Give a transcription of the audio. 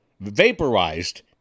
vaporized